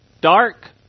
dark